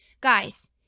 guys